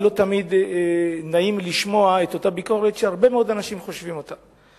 ולא תמיד נעים לשמוע את אותה ביקורת שהרבה מאוד אנשים חושבים אותה.